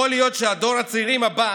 יכול להיות שדור הצעירים הבא